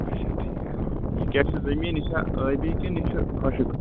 اچھا ٹھیک یہِ کیاہ چھِ زٔمیٖن یہِ چھا ٲبی کِنہٕ یہِ چھِ خۄشک